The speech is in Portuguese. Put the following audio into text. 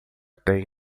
tem